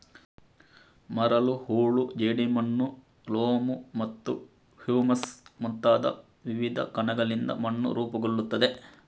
ಮರಳು, ಹೂಳು, ಜೇಡಿಮಣ್ಣು, ಲೋಮ್ ಮತ್ತು ಹ್ಯೂಮಸ್ ಮುಂತಾದ ವಿವಿಧ ಕಣಗಳಿಂದ ಮಣ್ಣು ರೂಪುಗೊಳ್ಳುತ್ತದೆ